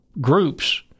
groups